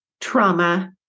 trauma